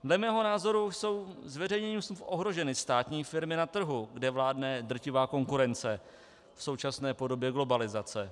Dle mého názoru jsou zveřejněním smluv ohroženy státní firmy na trhu, kde vládne drtivá konkurence v současné podobě globalizace.